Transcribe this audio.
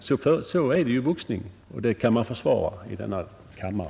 Så är det i boxning — och det kan man försvara i denna kammare.